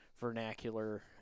vernacular